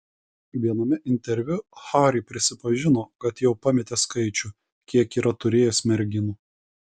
viename interviu harry prisipažino kad jau pametė skaičių kiek yra turėjęs merginų